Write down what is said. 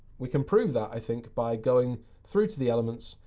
we can prove that, i think, by going through to the elements.